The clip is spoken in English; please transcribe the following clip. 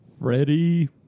Freddie